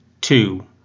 two